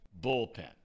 bullpen